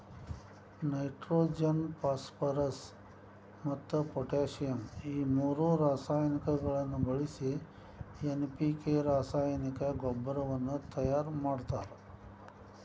nitrogen phosphorus ಮತ್ತ್ potassium ಈ ಮೂರು ರಾಸಾಯನಿಕಗಳನ್ನ ಬಳಿಸಿ ಎನ್.ಪಿ.ಕೆ ರಾಸಾಯನಿಕ ಗೊಬ್ಬರವನ್ನ ತಯಾರ್ ಮಾಡ್ತಾರ